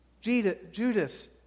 Judas